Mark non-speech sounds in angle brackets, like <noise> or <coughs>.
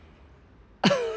<coughs>